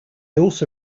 also